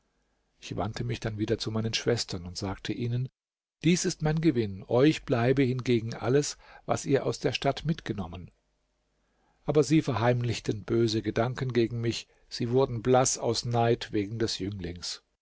ich wandte mich dann wieder zu meinen schwestern und sagte ihnen dies ist mein gewinn euch bleibe hingegen alles was ihr aus der stadt mitgenommen aber sie verheimlichten böse gedanken gegen mich sie wurden blaß aus neid wegen des jünglings